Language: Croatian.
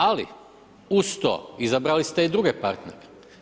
Ali uz to izabrali ste i druge partnere.